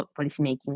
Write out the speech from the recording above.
policymaking